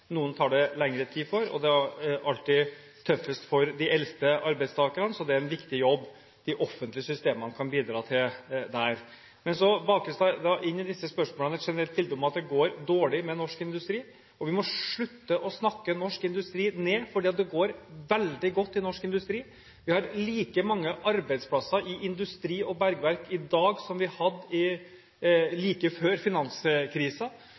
tar det lengre tid, og det er alltid tøffest for de eldste arbeidstakerne. Så det er en viktig jobb de offentlige systemene kan bidra med her. Men så bakes det inn i disse spørsmålene et generelt bilde av at det går dårlig med norsk industri. Vi må slutte å snakke norsk industri ned, for det går veldig godt i norsk industri. Vi har like mange arbeidsplasser i industri og bergverk i dag som det vi hadde